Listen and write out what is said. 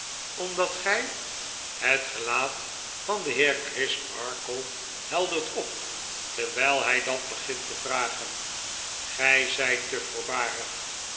omdat gij het gelaat van den heer crisparkle heldert op terwijl hij datbegintte vragen gij zijt te voorbarig